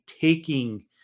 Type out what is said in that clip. taking